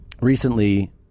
Recently